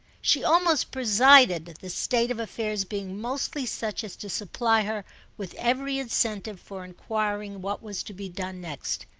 she almost presided, the state of affairs being mostly such as to supply her with every incentive for enquiring what was to be done next.